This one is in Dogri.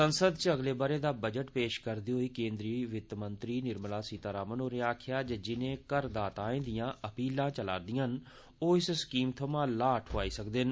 संसद च अगले ब'रे दा बजट पेश करदे होई केन्द्री खजाना मंत्री निर्मला सीतारमण होरें आक्खेआ जे जिनें करदाताएं दियां अपीलां चलै करदियां न ओ इस स्कीम थमां लाह् ठोआई सकदे न